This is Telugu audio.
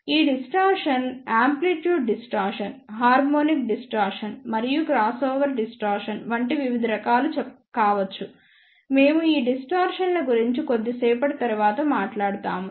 ఈ distortion amplitude distortion harmonic distortion మరియు క్రాస్ఓవర్ డిస్టార్షన్ వంటి వివిధ రకాలు కావచ్చు మేము ఈ డిస్టార్షన్ ల గురించి కొద్దిసేపటి తరువాత మాట్లాడుతాము